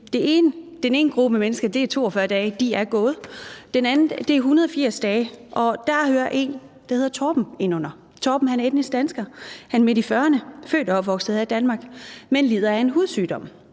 det sig om 42 dage; de er gået. For den anden gruppe er det 180 dage, og der hører en, der hedder Torben, ind under. Torben er etnisk dansker. Han er midt i fyrrene, født og opvokset her i Danmark, men lider af en hudsygdom.